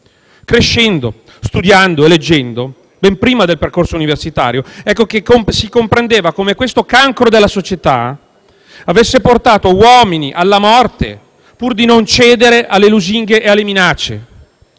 Crescendo, studiando e leggendo, ben prima del percorso universitario, ecco che si comprendeva come questo cancro della società avesse portato alla morte degli uomini, pur di non cedere alle lusinghe e alle minacce